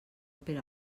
per